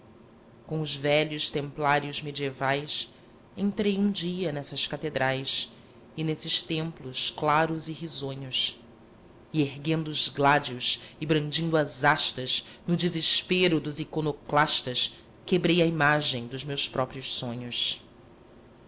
com os velhos templários medievais entrei um dia nessas catedrais e nesses templos claros e risonhos e erguendo os gládios e brandindo as hastas no desespero dos iconoclastas quebrei a imagem dos meus próprios sonhos